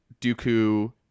Dooku